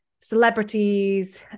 celebrities